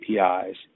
APIs